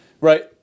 right